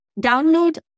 Download